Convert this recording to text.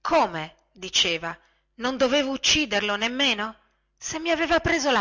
come diceva non dovevo ucciderlo nemmeno se mi aveva preso